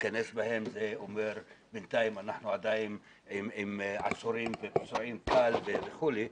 ולהיכנס בהם זה אומר שבינתיים אנחנו עדיין עם עצורים ופצועים קל וכולי,